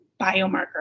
biomarker